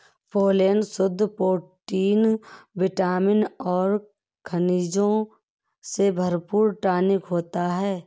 pollen शुद्ध protein vitamin और खनिजों से भरपूर टॉनिक होता है